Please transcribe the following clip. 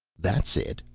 that's it.